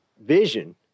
vision